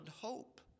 hope